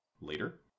later